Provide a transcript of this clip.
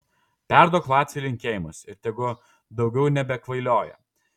perduok vaciui linkėjimus ir tegu daugiau nebekvailioja